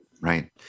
Right